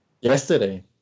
yesterday